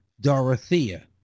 Dorothea